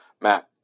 Matt